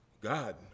God